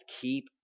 Keep